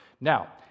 Now